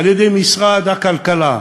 על-ידי משרד הכלכלה,